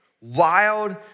wild